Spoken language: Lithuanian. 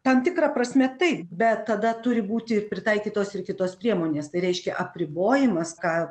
tam tikra prasme taip bet tada turi būti ir pritaikytos ir kitos priemonės tai reiškia apribojimas ką